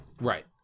Right